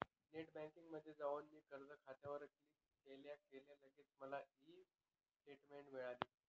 net बँकिंगमध्ये जाऊन मी कर्ज खात्यावर क्लिक केल्या केल्या लगेच मला ई स्टेटमेंट मिळाली